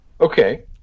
Okay